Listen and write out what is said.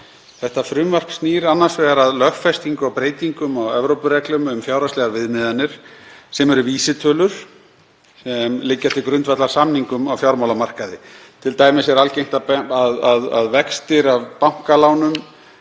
Frumvarpið snýr annars vegar að lögfestingu á breytingum á Evrópureglum um fjárhagslegar viðmiðanir, sem eru vísitölur sem liggja til grundvallar samningum á fjármálamarkaði. Til dæmis er algengt að vextir af bankalánum